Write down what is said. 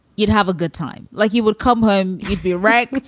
you'd have a good time like you would come home. you'd be right.